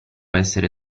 essere